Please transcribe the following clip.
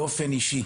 באופן אישי,